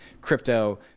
crypto